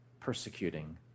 persecuting